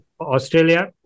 Australia